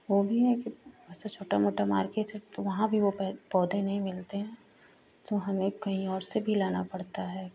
वो भी है कि ऐसे छोट मोटा मार्केट है तो वहाँ भी वो पै पौधे नहीं मिलते हैं तो हमें कही और से भी लाना पड़ता है